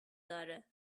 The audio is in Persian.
داره